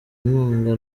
inkunga